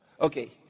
Okay